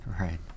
Right